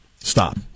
Stop